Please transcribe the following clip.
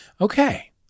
Okay